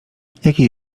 jakie